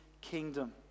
kingdom